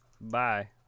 Bye